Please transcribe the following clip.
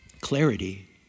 Clarity